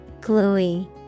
Gluey